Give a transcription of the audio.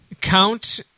Count